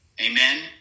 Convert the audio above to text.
Amen